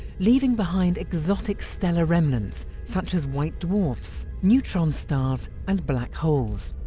leaving behind exotic stellar remnants such as white dwarfs, neutron stars and black holes.